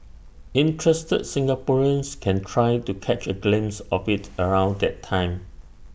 interested Singaporeans can try to catch A glimpse of IT around that time